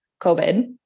COVID